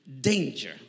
danger